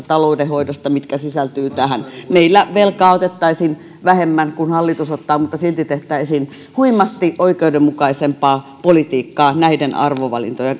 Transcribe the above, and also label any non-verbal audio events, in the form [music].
[unintelligible] taloudenhoidosta mitkä sisältyvät tähän meillä velkaa otettaisiin vähemmän kuin hallitus ottaa mutta silti tehtäisiin huimasti oikeudenmukaisempaa politiikkaa arvovalintojen [unintelligible]